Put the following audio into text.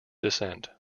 descent